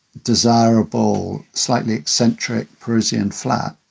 desirable, slightly eccentric parisian flat,